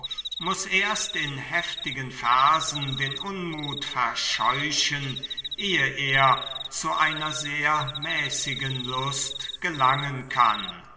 muß erst in heftigen versen den unmut verscheuchen ehe er zu einer sehr mäßigen lust gelangen kann